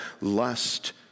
lust